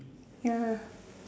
ya